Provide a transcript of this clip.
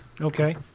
Okay